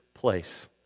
place